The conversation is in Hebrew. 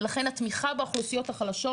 ולכן התמיכה באוכלוסיות החלשות